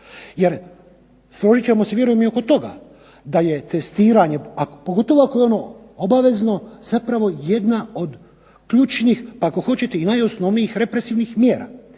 Jer, složit ćemo se vjerujem i oko toga, da je testiranje, a pogotovo ako je ono obavezno zapravo jedna od ključnih, ako hoćete i najosnovnijih represivnih mjera.